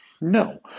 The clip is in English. No